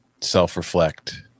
self-reflect